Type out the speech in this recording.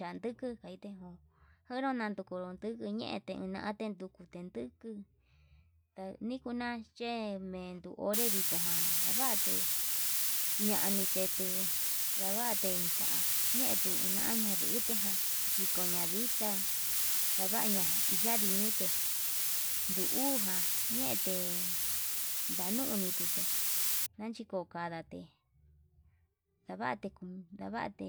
Yanduku jande joo jenro ndoko nroduku ñe'e tenande ndoko tunduu, nikona yenduu nikona ndavate ñanetetu ndavte cha'a ñetuu ña'a ndadute ján yikoña ditá, ndavaña yanidite nduu jan ñete ndanone tute nanchiko kadate, ndavte kun ndavate